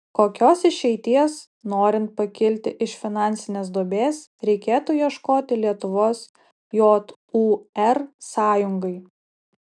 kokios išeities norint pakilti iš finansinės duobės reikėtų ieškoti lietuvos jūr sąjungai